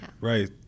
Right